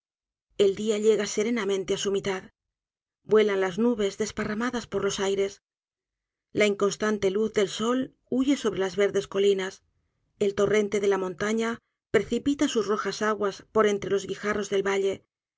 el dia l'ega serenamente á su mitad vuelan las nubes desparramadas por los aires la inconstante luz del sol huye sobre las verdes colinas el torrente de la montaña precipita sus rojas aguas por entre los guijarros del valle